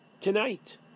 tonight